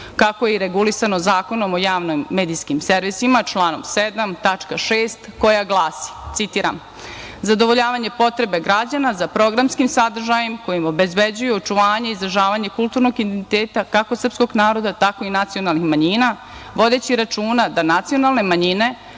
kako je i regulisano Zakonom o javnim medijskim servisima, članom 7. tačka 6. koja glasi, citiram: „ Zadovoljavanje potrebe građana za programskim sadržajem koji im obezbeđuje očuvanje i izražavanje kulturnog identiteta kako srpskog naroda tako i nacionalnih manjina, vodeći računa da nacionalne manjine